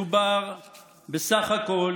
מדובר בסך הכול